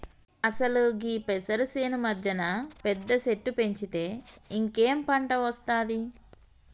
అసలు గీ పెసరు సేను మధ్యన పెద్ద సెట్టు పెంచితే ఇంకేం పంట ఒస్తాది